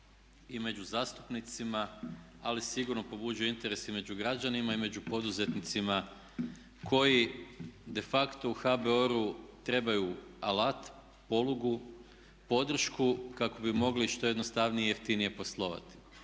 i među zastupnicima, ali sigurno pobuđuje interes i među građanima i među poduzetnicima koji de facto u HBOR-u trebaju alat, polugu, podršku kako bi mogli što jednostavnije i jeftinije poslovati.